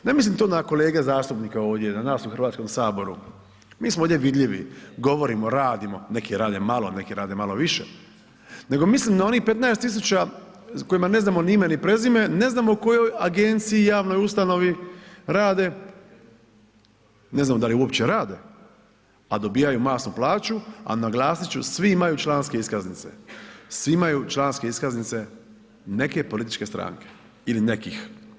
Ne mislim to na kolege zastupnike ovdje na nas u Hrvatskom saboru, mi smo ovdje vidljivi, govorimo, radimo, neki rade malo, neki rade malo više, nego mislim na onih 15.000 kojima ne znamo ni ime, ni prezime, ne znamo u kojoj agenciji, javnoj ustanovi rade, ne znamo da li uopće rade, a dobijaju masnu plaću, a naglasit ću svi imaju članske iskaznice, svi imaju članske iskaznice neke političke stranke ili nekih.